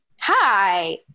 Hi